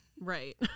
Right